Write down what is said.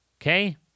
okay